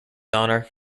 honor